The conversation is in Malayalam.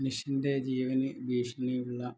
മനുഷ്യൻ്റെ ജീവന് ഭീഷണിയുള്ള